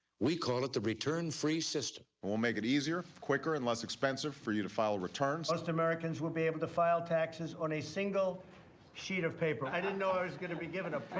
we call it the return-free system. we'll make it easier, quicker, and less expensive for you to file returns. most americans will be able to file taxes on a single sheet of paper. i didn't know i was gonna be given a